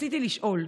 רצוני לשאול: